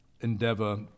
endeavor